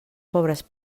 pobres